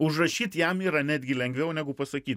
užrašyt jam yra netgi lengviau negu pasakyti